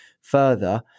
further